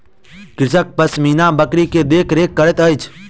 कृषक पश्मीना बकरी के देख रेख करैत अछि